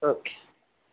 okay